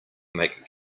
make